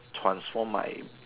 transform my